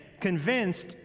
convinced